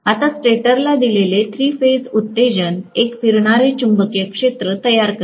आता स्टेटरला दिलेले थ्री फेज उत्तेजन एक फिरणारे चुंबकीय क्षेत्र तयार करेल